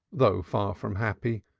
though far from happy,